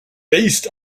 based